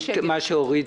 שיגיעו.